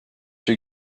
you